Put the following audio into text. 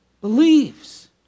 believes